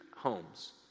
homes